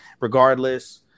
regardless